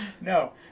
no